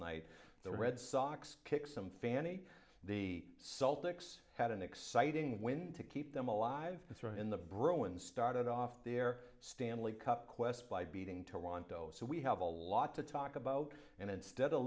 night the red sox kick some fanny the celtics had an exciting win to keep them alive in the bruins started off their stanley cup quest by beating toronto so we have a lot to talk about and instead